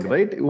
Right